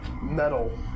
metal